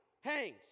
hangs